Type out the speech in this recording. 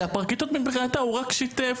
כי הפרקליטות מבחינתה הוא רק שיתף,